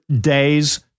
days